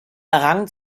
errang